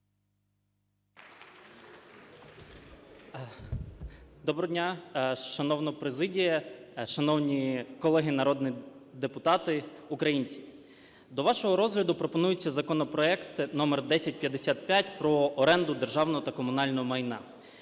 Доброго дня, шановна президія, шановні колеги народні депутати, українці! До вашого розгляду пропонується законопроект № 1055 про оренду державного та комунального майна.